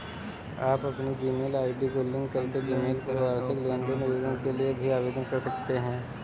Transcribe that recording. आप अपनी Gmail ID को लिंक करके ईमेल पर वार्षिक लेन देन विवरण के लिए भी आवेदन कर सकते हैं